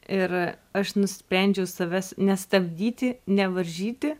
ir aš nusprendžiau savęs nestabdyti nevaržyti